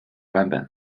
版本